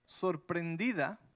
sorprendida